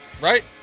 right